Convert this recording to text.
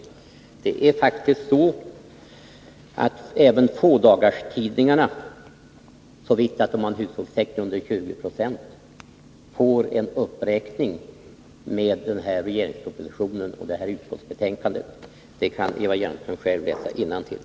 Det är faktiskt så att även fådagarstidningarna, såvitt de har hushållstäckning under 20 96, får en uppräkning enligt denna regeringsproposition och detta utskottsbetänkande. Det kan Eva Hjelmström själv läsa innantill.